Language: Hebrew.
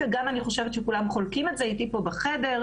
ואני חושבת שכולם חולקים את זה איתי פה בחדר,